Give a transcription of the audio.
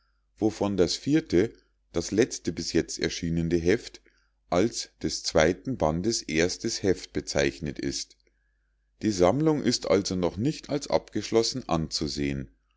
bandes erstes heft bezeichnet ist die sammlung ist also noch nicht als abgeschlossen anzusehen